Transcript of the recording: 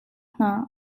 hna